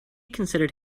considered